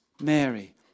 Mary